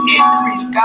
increase